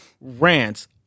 rants